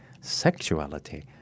sexuality